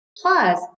Plus